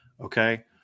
okay